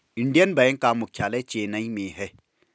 Indian bank का मुख्यालय चेन्नई में है